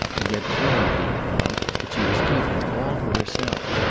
and yet very deep down, that she was keeping all to herself.